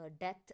death